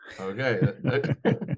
Okay